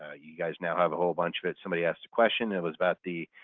ah you guys now have a whole bunch of it. somebody asked a question. it was about the